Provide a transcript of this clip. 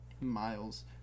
Miles